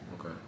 Okay